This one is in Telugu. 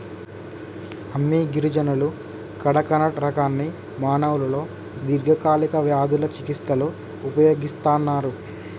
అమ్మి గిరిజనులు కడకనట్ రకాన్ని మానవులలో దీర్ఘకాలిక వ్యాధుల చికిస్తలో ఉపయోగిస్తన్నరు